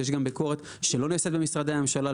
יש גם ביקורת שלא נעשית במשרדי הממשלה.